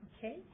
Okay